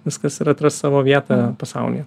viskas ir atras savo vietą pasaulyje